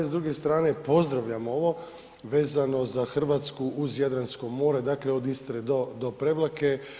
S druge strane pozdravljamo ovo vezano za Hrvatsku uz Jadransko more, dakle od Istre do Prevlake.